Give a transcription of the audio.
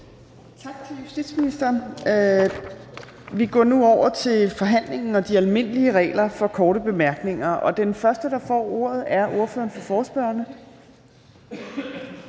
Tak til justitsministeren. Vi går nu over til forhandlingen og de almindelige regler for korte bemærkninger. Den første, der får ordet, er ordføreren for forespørgerne,